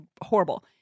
horrible